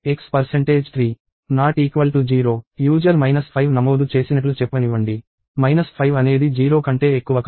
0 user minus 5 నమోదు చేసినట్లు చెప్పనివ్వండి మైనస్ 5 అనేది 0 కంటే ఎక్కువ కాదు